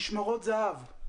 משמרות זה"ב.